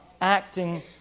acting